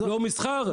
לא, מסחר.